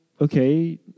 okay